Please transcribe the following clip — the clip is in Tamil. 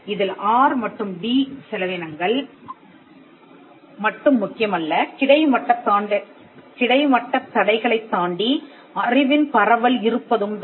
இதில் ஆர் மற்றும் டிRD செலவினங்கள் மட்டும் முக்கியமல்ல கிடைமட்டத் தடைகளைத் தாண்டி அறிவின் பரவல் இருப்பதும் தான்